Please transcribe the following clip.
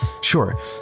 Sure